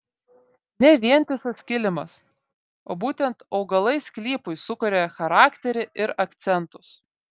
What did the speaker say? ne vientisas kilimas o būtent augalai sklypui sukuria charakterį ir akcentus